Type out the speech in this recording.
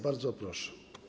Bardzo proszę.